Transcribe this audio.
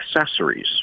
accessories